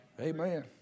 Amen